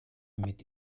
mit